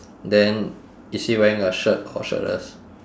then is he wearing a shirt or shirtless